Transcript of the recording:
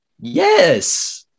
Yes